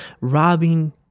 robbing